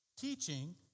Teaching